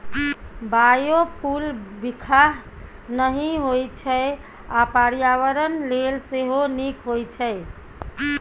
biofuel बिखाह नहि होइ छै आ पर्यावरण लेल सेहो नीक होइ छै